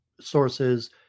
sources